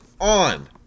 on